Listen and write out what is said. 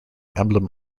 emblem